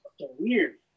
weird